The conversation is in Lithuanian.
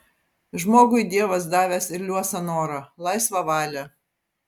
žmogui dievas davęs ir liuosą norą laisvą valią